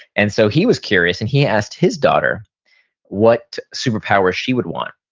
and so he was curious and he asked his daughter what super power she would want.